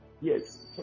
Yes